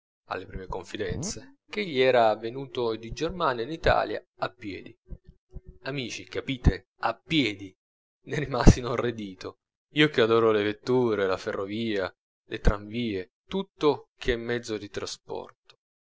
alle prime confidenze ch'egli era venuto di germania in italia a piedi amici capite a piedi ne rimasi inorridito io che adoro le vetture la ferrovia le tramvie tutto che è mezzo di trasporto